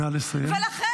נא לסיים.